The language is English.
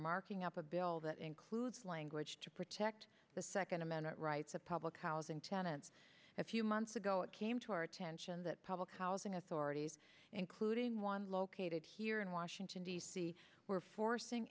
marking up a bill that includes language to protect the second amendment rights of public housing tenants a few months ago it came to our attention that public housing authorities including one located here in washington d c were forcing